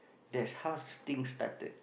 that's how things started